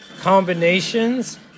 combinations